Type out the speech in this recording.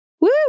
Woo